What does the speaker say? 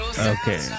Okay